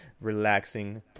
relaxing